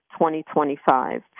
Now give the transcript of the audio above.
2025